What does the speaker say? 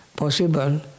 Possible